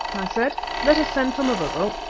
i said. let us send for mavovo.